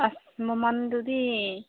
ꯑꯁ ꯃꯃꯟꯗꯨꯗꯤ